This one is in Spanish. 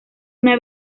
una